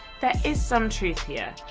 there is some truth here.